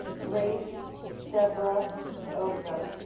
grace deborah ojo